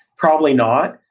probably not,